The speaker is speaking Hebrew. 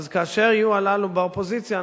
אז כאשר יהיו הללו באופוזיציה,